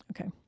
Okay